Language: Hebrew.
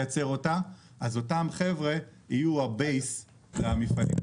אותם חבר'ה יהיו הבסיס למפעלים בהמשך.